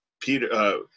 Peter